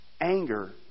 Anger